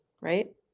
Right